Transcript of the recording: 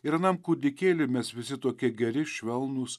ir anam kūdikėliui mes visi tokie geri švelnūs